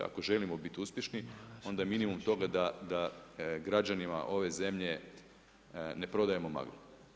Ako želimo bit uspješni onda je minimum toga da građanima ove zemlje ne prodajemo maglu.